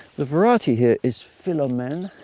the variety here is philomene.